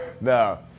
no